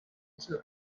user